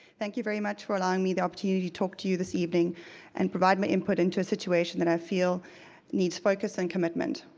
thank you very much for allowing me the opportunity to talk to you this evening and provide my input into a situation that i feel needs focus and commitment.